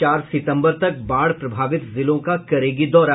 चार सितम्बर तक बाढ़ प्रभावित जिलों का करेगी दौरा